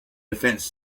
defence